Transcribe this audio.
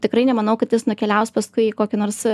tikrai nemanau kad jis nukeliaus paskui į kokį nors